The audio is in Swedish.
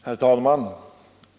Herr talman!